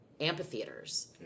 amphitheaters